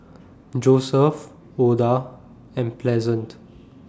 Joesph Oda and Pleasant